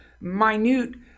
minute